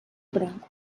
branco